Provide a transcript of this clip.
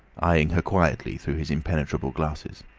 eyeing her quietly through his impenetrable glasses.